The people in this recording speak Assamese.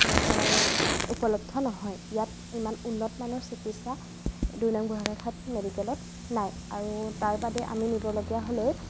উপলব্ধ নহয় ইয়াত ইমান উন্নতমানৰ চিকিৎসা দুই নং বুঢ়াগোঁসাই খাট মেডিকেলত নাই আৰু তাৰ বাদে আমি নিবলগীয়া হ'লে